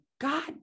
God